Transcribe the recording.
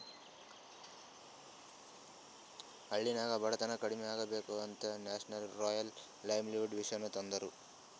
ಹಳ್ಳಿನಾಗ್ ಬಡತನ ಕಮ್ಮಿ ಆಗ್ಬೇಕ ಅಂತ ನ್ಯಾಷನಲ್ ರೂರಲ್ ಲೈವ್ಲಿಹುಡ್ ಮಿಷನ್ ತಂದಾರ